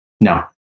no